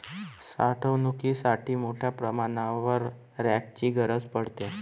साठवणुकीसाठी मोठ्या प्रमाणावर रॅकची गरज पडते